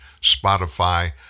Spotify